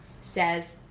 says